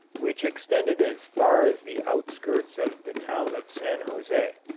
which extended as far as the outskirts of the town of st. jose.